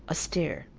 austere